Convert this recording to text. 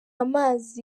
amazi